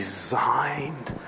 designed